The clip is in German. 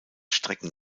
strecken